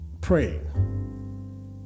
praying